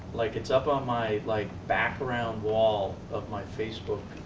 like it's up on my like background wall of my facebook